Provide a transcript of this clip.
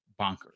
bonkers